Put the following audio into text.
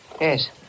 Yes